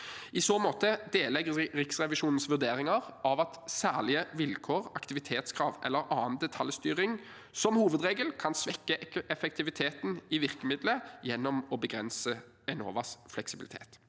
I så måte deler jeg Riksrevisjonens vurderinger av at særlige vilkår, aktivitetskrav eller annen detaljstyring som hovedregel kan svekke effektiviteten i virkemiddelet gjennom å begrense Enovas fleksibilitet.